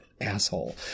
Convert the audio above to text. asshole